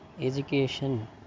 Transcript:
education